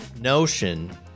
notion